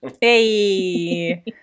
Hey